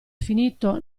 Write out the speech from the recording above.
finito